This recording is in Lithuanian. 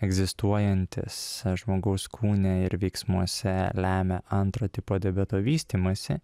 egzistuojantys žmogaus kūne ir veiksmuose lemia antro tipo diabeto vystymąsi